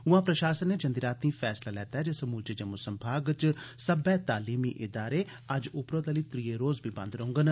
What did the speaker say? उआं प्रशासन नै जंदी रातीं फैसला लैता ऐ जे समूलचे जम्मू संभाग च सब्बै तालीमी इदारें अज्ज उपरोतली त्रीए रोज़ बी बंद रौह्गन